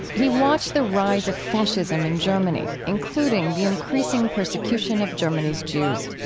he watched the rise of fascism in germany, including the increasing persecution of germany's jews.